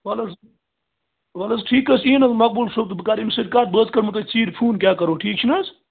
وَلہٕ حظ وَلہٕ حظ ٹھیٖک حظ چھِ یِیِن حظ مقبوٗل صوب تہٕ بہٕ کَرٕ أمِس سۭتۍ کَتھ بہٕ حظ کَرٕمو تۄہہِ ژیٖرۍ فون کیٛاہ کَرو ٹھیٖک چھِنہٕ حظ